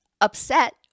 upset